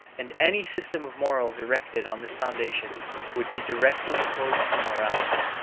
and any system of morals erected on this foundation would be directly opposed to morality.